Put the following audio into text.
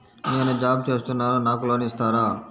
నేను జాబ్ చేస్తున్నాను నాకు లోన్ ఇస్తారా?